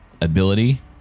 ability